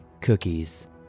Cookies